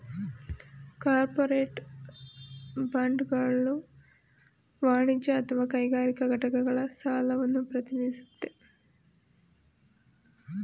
corporate ಬಾಂಡ್ಗಳು ವಾಣಿಜ್ಯ ಅಥವಾ ಕೈಗಾರಿಕಾ ಘಟಕಗಳ ಸಾಲವನ್ನ ಪ್ರತಿನಿಧಿಸುತ್ತೆ